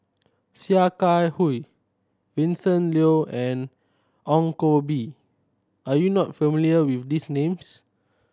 Sia Kah Hui Vincent Leow and Ong Koh Bee are you not familiar with these names